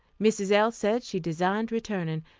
mrs. l. said she designed returning,